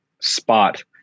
spot